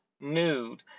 nude